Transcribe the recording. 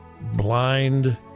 blind